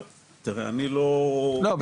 תראה אני לא לא,